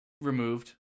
removed